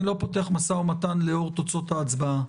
אני לא פותח משא ומתן לאור תוצאות ההצבעה.